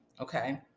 okay